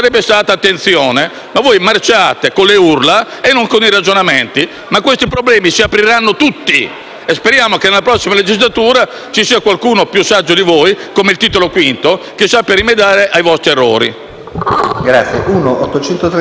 Questi problemi si apriranno tutti. Speriamo che nella prossima legislatura ci sia qualcuno più saggio di voi, come per il Titolo V, che sappia rimediare ai vostri errori.